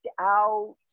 out